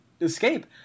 escape